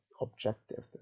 objective